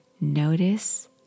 notice